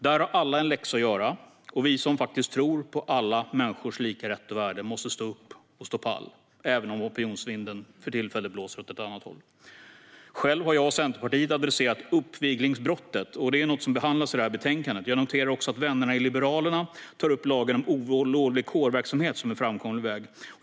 Där har alla en läxa att göra. Vi som faktiskt tror på alla människors lika rätt och värde måste stå upp och stå pall, även om opinionsvinden för tillfället blåser åt ett annat håll. Själv har jag och Centerpartiet adresserat uppviglingsbrottet, vilket är något som behandlas i detta betänkande. Jag noterar också att vännerna i Liberalerna tar upp lagen om olovlig kårverksamhet som en framkomlig väg.